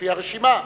לפי הרשימה,